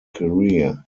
career